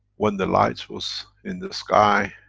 when the light was in the sky,